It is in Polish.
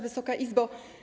Wysoka Izbo!